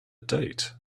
date